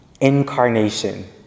Incarnation